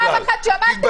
פעם אחת שמעת?